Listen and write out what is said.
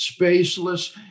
spaceless